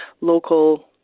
local